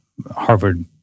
harvard